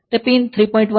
તે પીન 3